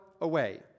away